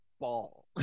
ball